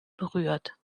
berührt